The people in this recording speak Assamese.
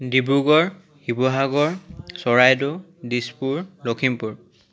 ডিব্ৰুগড় শিৱসাগৰ চৰাইদেউ দিচপুৰ লখিমপুৰ